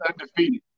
undefeated